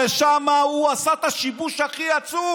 הרי שם הוא עשה את השיבוש הכי עצום